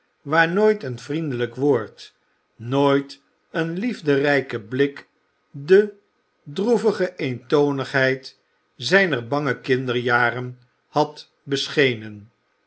waar nooit een vriendelijk woord nooit een liefderijke blik de droevige eentonigheid zijner bange kinderjaren had beschenen